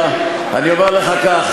אני אומר לך כך,